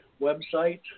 website